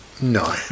No